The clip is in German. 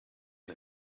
ein